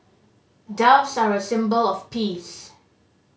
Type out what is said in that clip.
doves are a symbol of peace